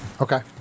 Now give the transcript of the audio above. Okay